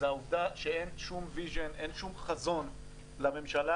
שאין שום חזון לממשלה,